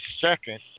second